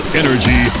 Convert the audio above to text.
energy